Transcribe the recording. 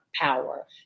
power